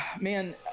man